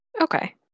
Okay